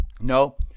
No